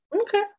okay